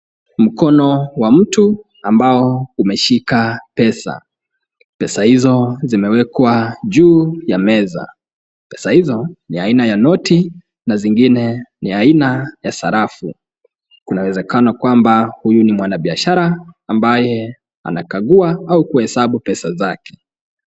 Mkono wa mtu ambao umeshika pesa ,pesa hizo zimewekwa juu ya meza ,pesa hizo ni aina ya noti na zingine ni aina ya sarafu ,kuna uwezekano kwamba huyu ni mwanabiashara ambaye anakagua au kuhesabu pesa zake.